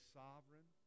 sovereign